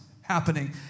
happening